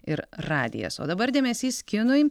ir radijas o dabar dėmesys kinui